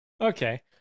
Okay